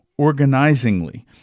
organizingly